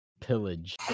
pillage